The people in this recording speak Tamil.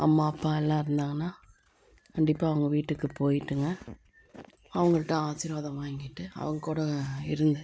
அம்மா அப்பா எல்லாம் இருந்தாங்கன்னால் கண்டிப்பாக அவங்க வீட்டுக்கு போயிட்டுங்க அவங்கள்கிட்ட ஆசிர்வாதம் வாங்கிட்டு அவங்க கூட இருந்து